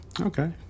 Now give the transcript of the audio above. okay